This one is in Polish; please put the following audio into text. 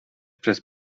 przez